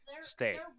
stay